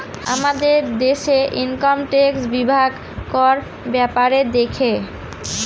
আমাদের দেশে income tax বিভাগ কর ব্যাপারে দেখে